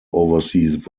oversees